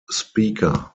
speaker